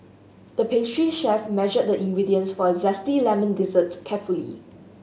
the pastry chef measured the ingredients for a zesty lemon dessert carefully